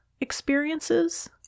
experiences